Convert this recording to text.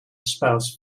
spouse